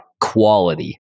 quality